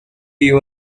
you